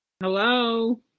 Hello